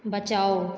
बचाओ